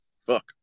fuck